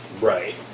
Right